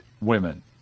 women